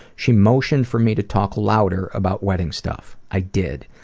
she motioned for me to talk louder about wedding stuff. i did.